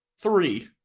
three